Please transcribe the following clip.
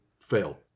fail